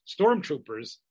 stormtroopers